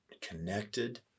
connected